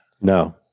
No